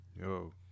Yo